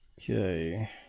Okay